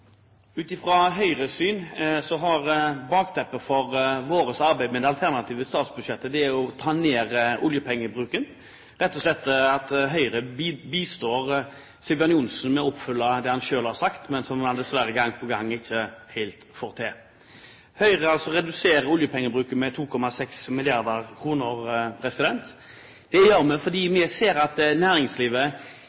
Høyres syn har bakteppet for vårt arbeid med det alternative statsbudsjettet vært å ta ned oljepengebruken – rett og slett at Høyre bistår Sigbjørn Johnsen med å oppfylle det han selv har sagt, men som han dessverre gang på gang ikke helt får til. Høyre har altså redusert oljepengebruken med 2,6 mrd. kr. Det gjør vi fordi